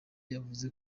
yavuze